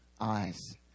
eyes